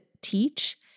teach